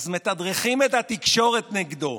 אז מתדרכים את התקשורת נגדו: